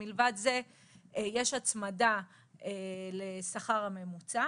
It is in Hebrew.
שמלבד זה יש הצמדה לשכר הממוצע.